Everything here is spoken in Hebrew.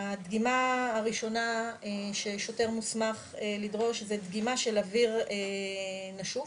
הדגימה הראשונה ששוטר מוסמך לדרוש זה דגימה של אויר נשוף,